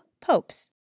popes